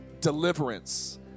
deliverance